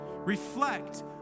reflect